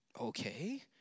okay